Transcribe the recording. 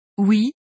Oui